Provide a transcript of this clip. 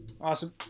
Awesome